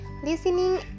Listening